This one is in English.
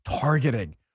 targeting